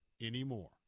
anymore